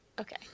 okay